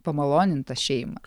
pamalonint tą šeimą